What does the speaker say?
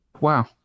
wow